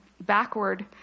Backward